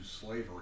slavery